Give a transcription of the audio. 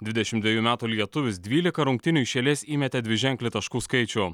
dvidešim dvejų metų lietuvis dvylika rungtynių iš eilės įmetė dviženklį taškų skaičių